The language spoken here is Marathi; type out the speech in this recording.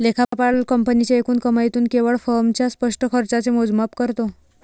लेखापाल कंपनीच्या एकूण कमाईतून केवळ फर्मच्या स्पष्ट खर्चाचे मोजमाप करतो